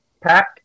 pack